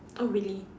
oh really